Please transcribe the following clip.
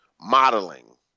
Modeling